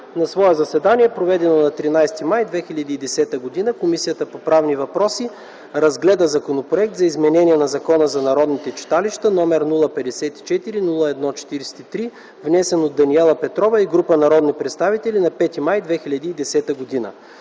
„На свое заседание, проведено на 13 май 2010 г., Комисията по правни въпроси разгледа Законопроект за изменение на Закона за народните читалища, № 054-01-43, внесен от Даниела Петрова и група народни представители на 5 май 2010 г.